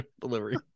Delivery